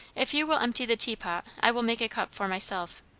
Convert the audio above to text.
if you will empty the tea-pot, i will make a cup for myself.